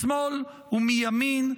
משמאל ומימין,